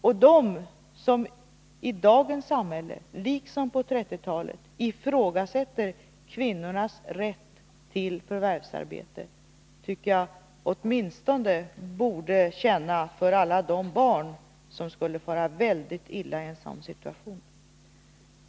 Och de som i dagens samhälle, liksom på 1930-talet, ifrågasätter kvinnornas rätt till förvärvsarbete tycker jag åtminstone borde känna för alla de barn som skulle fara väldigt illa i en sådan situation.